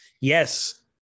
Yes